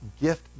gift